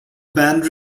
band